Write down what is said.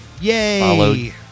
Yay